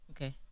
Okay